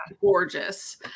gorgeous